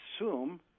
assume